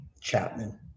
Chapman